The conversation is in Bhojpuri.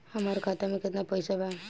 हमार खाता मे केतना पैसा बा?